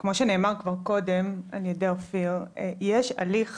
כמו שנאמר כבר קודם על ידי אופיר, יש הליך